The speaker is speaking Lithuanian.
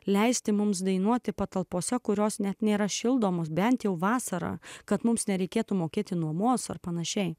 leisti mums dainuoti patalpose kurios net nėra šildomos bent jau vasarą kad mums nereikėtų mokėti nuomos ar panašiai